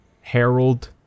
Harold